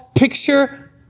Picture